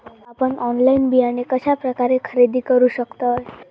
आपन ऑनलाइन बियाणे कश्या प्रकारे खरेदी करू शकतय?